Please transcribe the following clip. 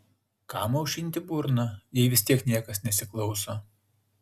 kam aušinti burną jei vis tiek niekas nesiklauso